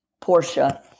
Portia